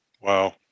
wow